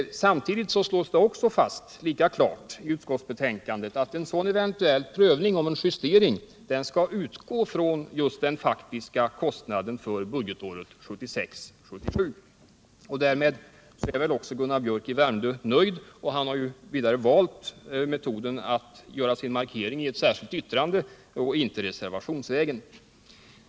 Samtidigt slås det lika klart fast i utskottsbetänkandet att en sådan eventuell prövning av en justering skall utgå från just den faktiska kostnaden för budgetåret 1976/77. Därmed är väl Gunnar Biörck i Värmdö nöjd, och han har ju också valt metoden att göra sin markering i ett särskilt yttrande och inte reservationsvägen.